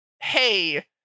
hey